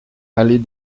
allée